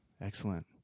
Excellent